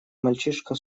мальчишка